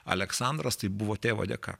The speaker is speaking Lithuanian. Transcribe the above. aleksandras taip buvo tėvo dėka